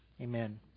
Amen